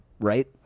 right